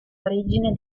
origine